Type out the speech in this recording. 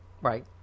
Right